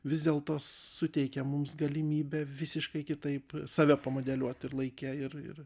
vis dėlto suteikia mums galimybę visiškai kitaip save pamodeliuot ir laike ir ir